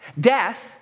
Death